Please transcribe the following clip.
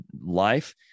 Life